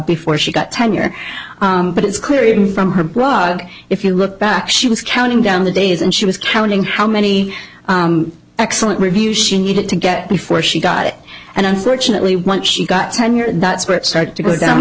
before she got tenure but it's clear even from her blog if you look back she was counting down the days and she was counting how many excellent reviews she needed to get before she got it and unfortunately once she got tenure that's where it started to go down t